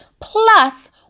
plus